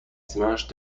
dimanche